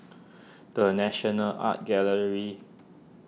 the National Art Gallery